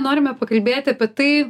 norime pakalbėti apie tai